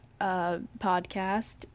podcast